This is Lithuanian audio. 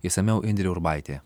išsamiau indrė urbaitė